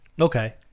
okay